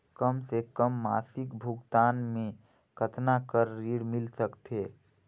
कम से कम मासिक भुगतान मे कतना कर ऋण मिल सकथे?